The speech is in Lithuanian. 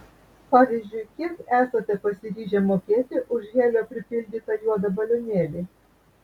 pavyzdžiui kiek esate pasiryžę mokėti už helio pripildytą juodą balionėlį